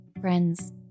Friends